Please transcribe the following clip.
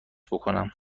بکنم